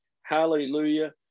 hallelujah